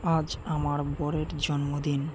আজ আমার বরের জন্মদিন